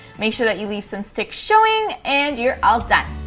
make sure that you leave some stick showing, and you're all done!